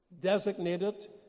designated